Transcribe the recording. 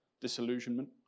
disillusionment